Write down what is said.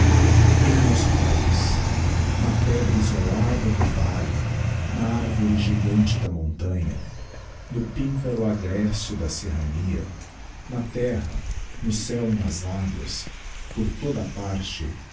era nosso paiz na pedra isolada do valle na arvore gigante da montanha no píncaro agreste da serrania na terra no céu e nas aguas por toda a parte